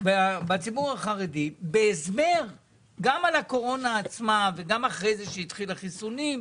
בציבור החרדי בהסבר גם על הקורונה עצמה וגם אחרי זה שהתחילו החיסונים,